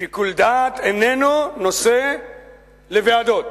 שיקול דעת איננו נושא לוועדות.